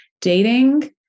dating